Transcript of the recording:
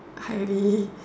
highly